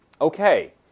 Okay